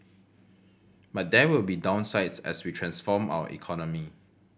but there will be downsides as we transform our economy